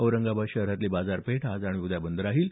औरंगाबाद शहरातली बाजारपेठ आज आणि उद्या बंद राहणार आहे